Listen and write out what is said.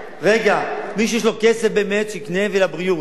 מי שיש לו כסף, באמת, שיקנה, ולבריאות.